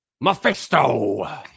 Mephisto